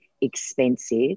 expensive